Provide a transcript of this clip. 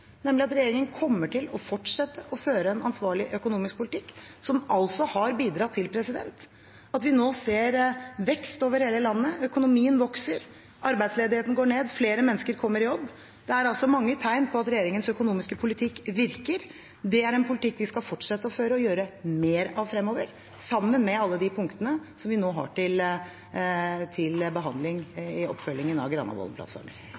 nemlig at regjeringen kommer til å fortsette å føre en ansvarlig økonomisk politikk som har bidratt til at vi nå ser vekst over hele landet, økonomien vokser, arbeidsledigheten går ned, flere mennesker kommer i jobb. Det er mange tegn på at regjeringens økonomiske politikk virker. Det er en politikk vi skal fortsette å føre og vil gjøre mer av fremover, sammen med alle de punktene som vi nå har til behandling i oppfølgingen av Granavolden-plattformen. Sigbjørn Gjelsvik – til